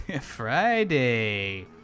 Friday